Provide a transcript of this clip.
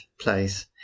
place